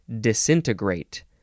disintegrate